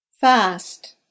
Fast